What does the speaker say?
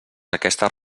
aquestes